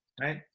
right